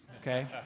okay